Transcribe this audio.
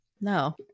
No